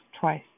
twice